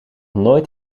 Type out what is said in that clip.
nooit